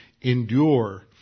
endure